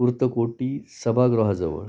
Kurtakoti सभागृहाजवळ